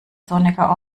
sonniger